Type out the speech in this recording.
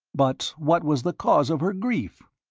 but what was the cause of her grief?